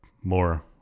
More